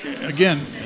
again